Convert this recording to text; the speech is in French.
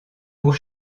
beaux